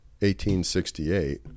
1868